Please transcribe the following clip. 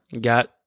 got